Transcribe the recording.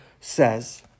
says